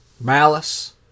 malice